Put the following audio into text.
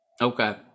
Okay